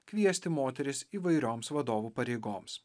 kviesti moteris įvairioms vadovų pareigoms